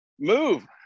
move